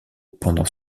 pendant